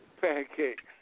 pancakes